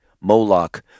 Moloch